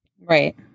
Right